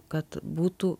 kad būtų